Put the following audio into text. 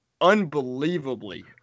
unbelievably